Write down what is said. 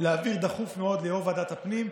להעביר דחוף מאוד ליו"ר ועדת הפנים,